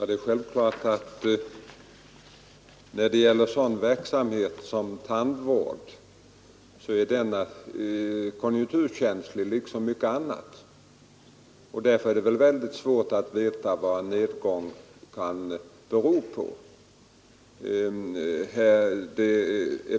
Herr talman! Det är självklart att tandvården liksom mycket annat är konjunkturkänslig, och därför är det mycket svårt att veta vad nedgången kan bero på.